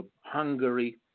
Hungary